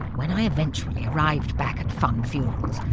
when i eventually arrived back at funn funerals,